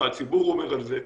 מה הציבור אומר על זה.